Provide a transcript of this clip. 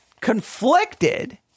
conflicted